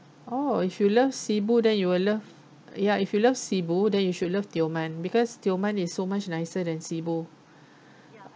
oh if you love sibu then you will love ya if you love sibu then you should love tioman because tioman is so much nicer than sibu